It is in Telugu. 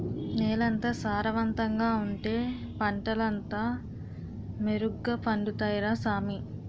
నేలెంత సారవంతంగా ఉంటే పంటలంతా మెరుగ్గ పండుతాయ్ రా సామీ